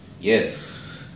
Yes